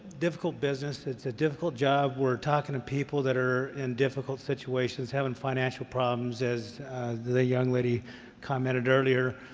difficult business. it's a difficult job. we're talking to people that are in difficult situations, having financial problems, as the young lady commented earlier,